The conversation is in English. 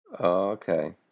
okay